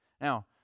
Now